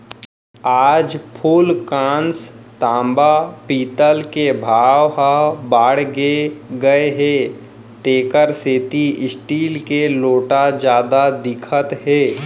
आज फूलकांस, तांबा, पीतल के भाव ह बाड़गे गए हे तेकर सेती स्टील के लोटा जादा दिखत हे